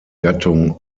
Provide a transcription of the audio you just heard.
gattung